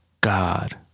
God